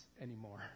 anymore